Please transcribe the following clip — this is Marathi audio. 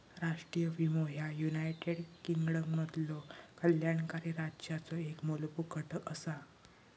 राष्ट्रीय विमो ह्या युनायटेड किंगडममधलो कल्याणकारी राज्याचो एक मूलभूत घटक असा